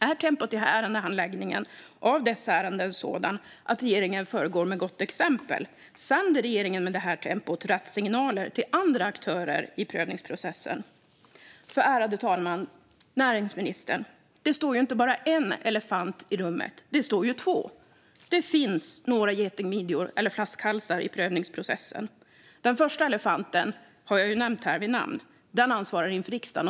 Är tempot i handläggningen av dessa ärenden sådant att regeringen föregår med gott exempel? Sänder regeringen med detta tempo rätt signaler till andra aktörer i prövningsprocessen? Ärade talman och näringsministern! Det står inte bara en elefant i rummet. Det står två. Det finns några getingmidjor eller flaskhalsar i prövningsprocessen. Den första elefanten har jag nämnt vid namn. Den ansvarar inför riksdagen.